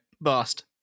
bust